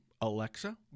Alexa